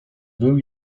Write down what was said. był